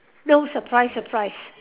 no surprise surprise